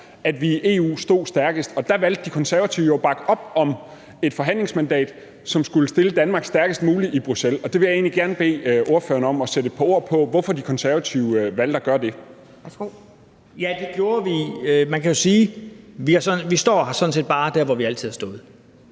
at vi i EU stod stærkest. Der valgte De Konservative jo at bakke op om et forhandlingsmandat, som skulle stille Danmarks stærkest muligt i Bruxelles. Det vil jeg egentlig gerne bede ordføreren om at sætte ord på hvorfor De Konservative valgte at gøre. Kl. 16:20 Anden næstformand (Pia Kjærsgaard): Værsgo. Kl. 16:20 Søren